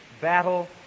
Battle